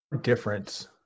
difference